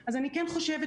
ואז יוצאים בקול